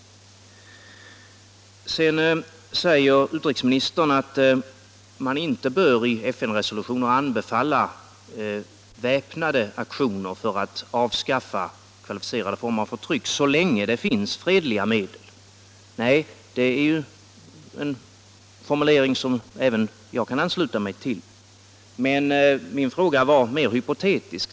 Sedan säger utrikesministern att man inte bör i FN-resolutioner anbefalla väpnade aktioner för att avskaffa kvalificerade former av förtryck så länge det finns fredliga medel. Det är ju en formulering som även jag kan ansluta mig till, men min fråga var mer hypotetisk.